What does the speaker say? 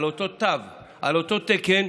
על אותו תו, על אותו תקן,